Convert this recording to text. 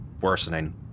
worsening